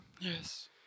Yes